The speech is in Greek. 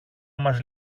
μας